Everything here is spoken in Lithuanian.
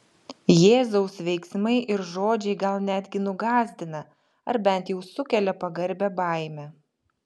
jėzaus veiksmai ir žodžiai gal netgi nugąsdina ar bent jau sukelia pagarbią baimę